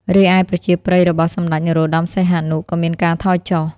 រីឯប្រជាប្រិយរបស់សម្តេចនរោត្តមសីហនុក៏មានការថយចុះ។